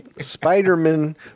Spider-Man